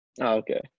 okay